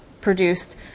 produced